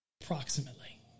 approximately